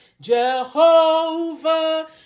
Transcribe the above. jehovah